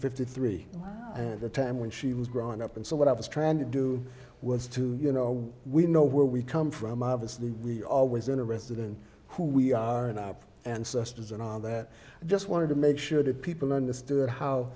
fifty three and the time when she was growing up and so what i was trying to do was to you know we know where we come from obviously we're always interested in who we are enough and sisters and i just wanted to make sure that people understood how